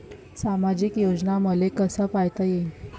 सामाजिक योजना मले कसा पायता येईन?